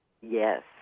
Yes